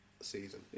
season